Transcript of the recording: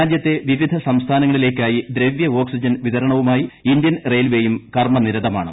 രാജ്യത്തെ വിവിധ സംസ്ഥാനങ്ങളിലേക്കായി ദ്രവ്യ ഓക്സിജൻ വിതരണവുമായി ഇന്ത്യൻ റെയിൽവേയും കർമനിരതരാണ്